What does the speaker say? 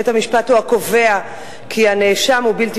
בית-המשפט הוא הקובע כי הנאשם הוא בלתי